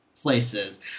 places